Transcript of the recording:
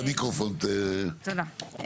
תודה.